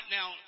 Now